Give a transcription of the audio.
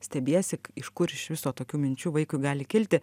stebiesi iš kur iš viso tokių minčių vaikui gali kilti